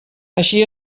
així